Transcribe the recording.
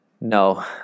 No